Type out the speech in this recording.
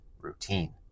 routine